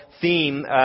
theme